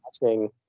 watching